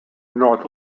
north